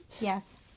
Yes